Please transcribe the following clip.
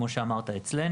כמו שאמרת.